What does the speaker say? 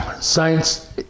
Science